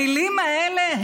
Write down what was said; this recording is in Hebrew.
המילים האלה,